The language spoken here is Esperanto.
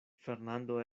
fernando